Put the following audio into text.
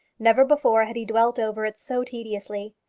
never before had he dwelt over it so tediously.